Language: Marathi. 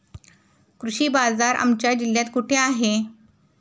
कृषी बाजार आमच्या जिल्ह्यात कुठे आहे?